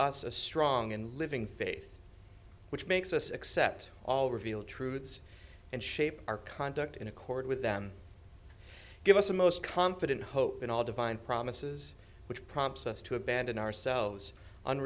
a strong and living faith which makes us accept all revealed truths and shape our conduct in accord with them give us the most confident hope in all divine promises which prompts us to abandon ourselves